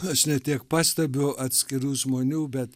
aš ne tiek pastebiu atskirų žmonių bet